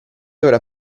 ora